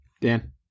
Dan